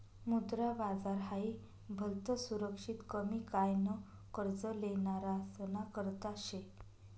मुद्रा बाजार हाई भलतं सुरक्षित कमी काय न कर्ज लेनारासना करता शे